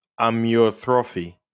amyotrophy